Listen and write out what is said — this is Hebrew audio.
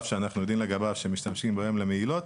שאנחנו יודעים לגביו שמשתמשים בו היום למהילות.